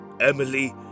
Emily